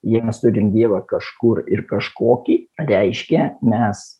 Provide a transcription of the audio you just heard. jei mes turim dievą kažkur ir kažkokį reiškia mes